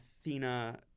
Athena